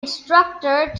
instructor